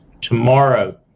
tomorrow